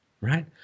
right